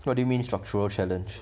what do you mean structural challenge